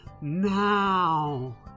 Now